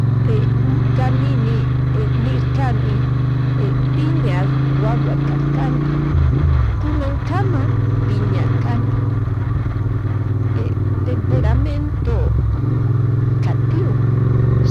(-) nirkani piña wawa karkani kununkama piña kani, temperamento katin